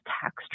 tax